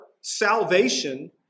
salvation